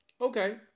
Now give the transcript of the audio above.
Okay